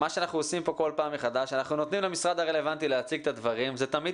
כאן אנחנו נותנים למשרד הרלוונטי להציג את הדברים וזה תמיד